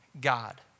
God